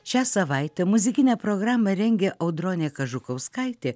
šią savaitę muzikinę programą rengia audronė kažukauskaitė